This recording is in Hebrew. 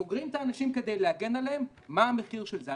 סוגרים את האנשים כדי להגן עליהם, מה המחיר של זה?